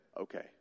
okay